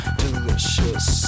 delicious